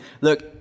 Look